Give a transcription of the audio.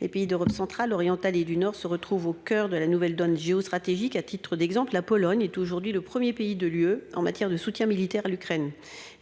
Les pays d'Europe centrale, orientale et du Nord se retrouve au coeur de la nouvelle donne géostratégique à titre d'exemple, la Pologne est aujourd'hui le 1er pays de l'UE en matière de soutien militaire à l'Ukraine